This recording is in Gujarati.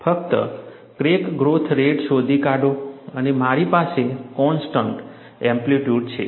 ફક્ત ક્રેક ગ્રોથ રેટ શોધી કાઢો અને મારી પાસે કોન્સ્ટન્ટ એમ્પ્લિટ્યૂડ છે